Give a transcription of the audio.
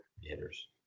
hitters